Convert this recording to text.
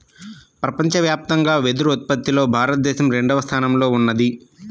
ప్రపంచవ్యాప్తంగా వెదురు ఉత్పత్తిలో భారతదేశం రెండవ స్థానంలో ఉన్నది